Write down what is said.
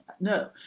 No